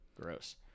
gross